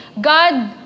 God